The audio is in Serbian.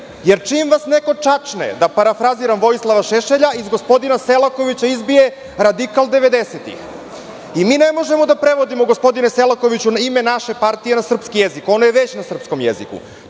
jer čim vas neko čačne, da parafraziram Vojislava Šešelja, iz gospodina Selakovića izbije radikal 90-ih. Mi ne možemo da prevodimo, gospodine Selakoviću, ime naše partije na srpski jezik. Ono je već na srpskom jeziku.